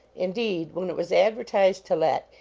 indeed, when it was advertised to let,